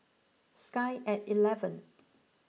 Sky at eleven